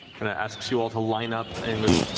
kind of asks you all to line up and goes,